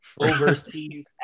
overseas